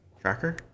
tracker